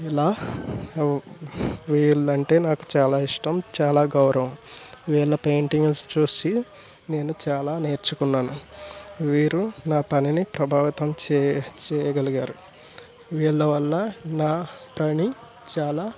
ఇలా వీళ్ళు అంటే నాకు చాలా ఇష్టం చాలా గౌరవం వీళ్ళ పెయింటింగ్స్ చూసి నేను చాలా నేర్చుకున్నాను వీరు నా పనిని ప్రభావితం చేయ చేయగలిగారు వీళ్ళ వల్ల నా పని చాలా